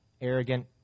arrogant